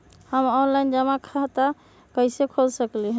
हम ऑनलाइन जमा खाता कईसे खोल सकली ह?